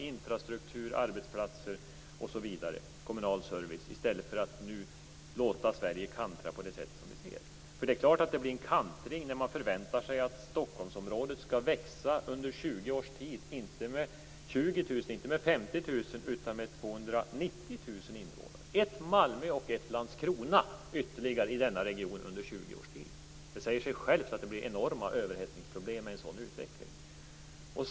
Det handlar om en satsning på infrastruktur, arbetsplatser, kommunal service osv. i stället för att låta Sverige kantra på det sätt som nu sker. Det är klart att det blir en kantring när man förväntar sig att Stockholmsområdet under 20 års tid skall växa, inte med 20 000, inte med 50 000 utan med 290 000 invånare, dvs. ett Malmö och ett Landskrona ytterligare i denna region. Det säger sig självt att det blir enorma överhettningsproblem med en sådan utveckling.